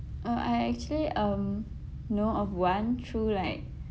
uh I actually um know of one through like